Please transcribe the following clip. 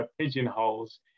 pigeonholes